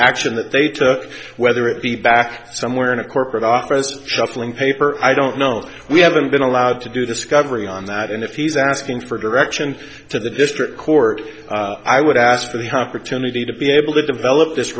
action that they took whether it be back somewhere in a corporate office shuffling paper i don't know we haven't been allowed to do the sky every on that and if he's asking for directions to the district court i would ask for the opportunity to be able to develop this